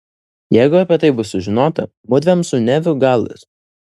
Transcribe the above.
jeigu apie tai bus sužinota mudviem su neviu galas